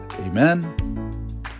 Amen